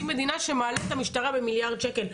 מדינה שמעלה את המשטרה במיליארד שקלים.